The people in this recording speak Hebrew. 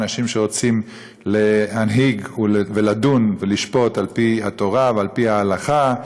אנשים שרוצים להנהיג ולדון ולשפוט על-פי התורה ועל-פי ההלכה,